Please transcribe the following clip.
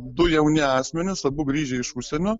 du jauni asmenys abu grįžę iš užsienio